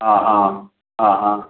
ആ ആ ആ ആ